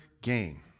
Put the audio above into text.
gain